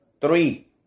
three